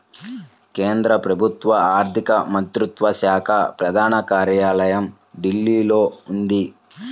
కేంద్ర ప్రభుత్వ ఆర్ధిక మంత్రిత్వ శాఖ ప్రధాన కార్యాలయం ఢిల్లీలో ఉంది